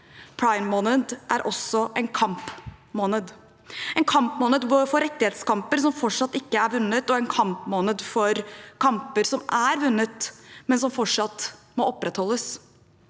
Pridemåned er også en kampmåned, en kampmåned for rettighetskamper som fortsatt ikke er vunnet, og en kampmåned for kamper som er vunnet, men som fortsatt må opprettholdes.